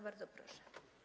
Bardzo proszę.